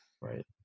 Right